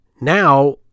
now